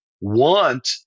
want